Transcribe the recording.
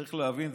צריך להבין.